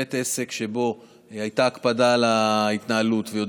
בית עסק שהייתה בו הקפדה על ההתנהלות,